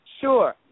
sure